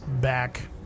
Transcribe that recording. back